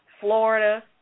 Florida